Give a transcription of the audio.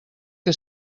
que